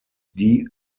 die